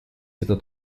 этот